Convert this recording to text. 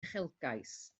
uchelgais